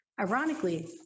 Ironically